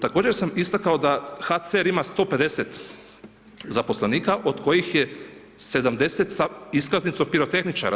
Također sam istakao da HCR ima 150 zaposlenika od kojih je 70 sa iskaznicom pirotehničara.